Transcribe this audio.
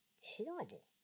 horrible